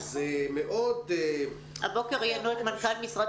זה מאוד --- הבוקר ראיינו את מנכ"ל משרד